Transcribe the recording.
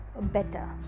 better